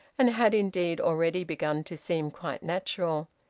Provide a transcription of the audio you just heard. and had indeed already begun to seem quite natural.